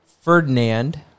Ferdinand